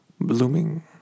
blooming